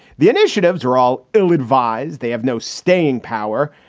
the initiatives are all ill advised. they have no staying power.